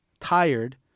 tired